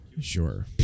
Sure